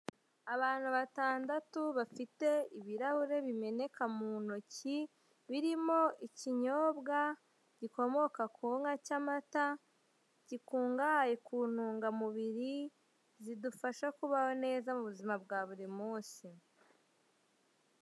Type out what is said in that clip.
Abantu batandatu bafite ibirahure bimeneka mu ntoki, birimo ikinyobwa gikomoka ku nka cy'amata, gikungahaye ku ntungamubiri zidufasha kubaho neza mu buzima bwa buri munsi.